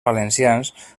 valencians